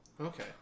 Okay